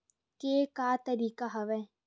के का तरीका हवय?